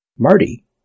Marty